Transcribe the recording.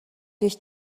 durch